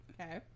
Okay